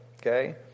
okay